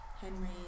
Henry